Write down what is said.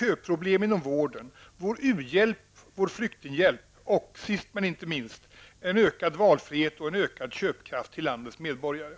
köproblem inom vården, vår u-hjälp och flyktinghjälp och sist men inte minst -- en ökad valfrihet och en ökad köpkraft till landets medborgare.